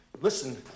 Listen